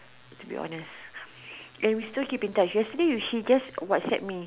to be honest and we still keep in touch yesterday she just WhatsApp me